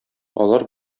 алар